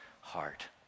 heart